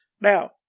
Now